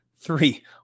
three